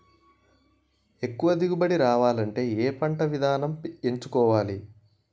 ఎక్కువ దిగుబడి రావాలంటే ఏ పంట విధానం ఎంచుకోవాలి?